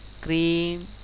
cream